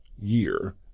Year